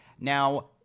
Now